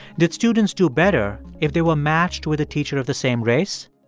did students do better if they were matched with a teacher of the same race?